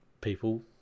people